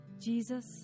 Jesus